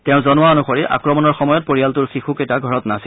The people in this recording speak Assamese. তেওঁ জনোৱা অনুসৰি আক্ৰমণৰ সময়ত পৰিয়ালটোৰ শিশুকেইটা ঘৰত নাছিল